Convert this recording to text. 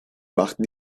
machten